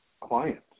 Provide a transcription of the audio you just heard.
clients